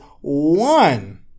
one